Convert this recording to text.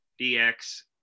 DX